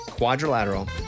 Quadrilateral